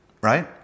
right